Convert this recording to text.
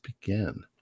begin